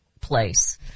place